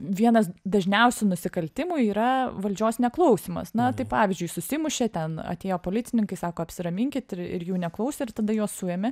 vienas dažniausių nusikaltimų yra valdžios neklausymas na tai pavyzdžiui susimušė ten atėjo policininkai sako apsiraminkit ir ir jų neklausė ir tada juos suėmė